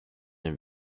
and